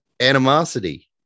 animosity